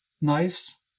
nice